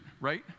right